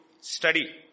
study